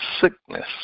sickness